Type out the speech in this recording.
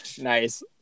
Nice